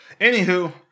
Anywho